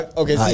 okay